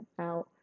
out